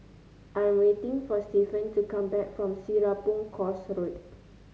I am waiting for Stefan to come back from Serapong Course Road